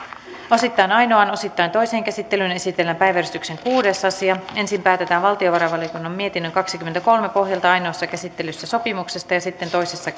osittain ainoaan osittain toiseen käsittelyyn esitellään päiväjärjestyksen kuudes asia ensin päätetään valtiovarainvaliokunnan mietinnön kaksikymmentäkolme pohjalta ainoassa käsittelyssä sopimuksesta ja sitten toisessa